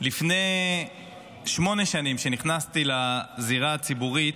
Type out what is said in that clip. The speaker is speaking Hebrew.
לפני שמונה שנים, כשנכנסתי לזירה הציבורית,